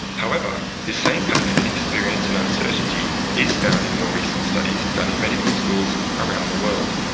however, this same pattern of inexperience and uncertainty is found in more recent studies done in medical schools around the world.